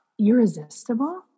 irresistible